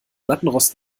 lattenrost